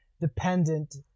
dependent